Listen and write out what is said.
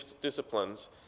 disciplines